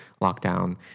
lockdown